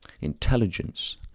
Intelligence